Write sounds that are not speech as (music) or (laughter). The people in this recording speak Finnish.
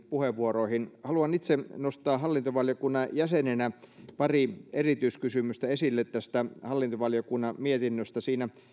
(unintelligible) puheenvuoroihin haluan itse nostaa hallintovaliokunnan jäsenenä pari erityiskysymystä esille tästä hallintovaliokunnan mietinnöstä siinä